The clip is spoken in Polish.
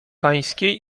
pańskiej